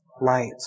light